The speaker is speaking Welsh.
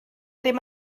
ddim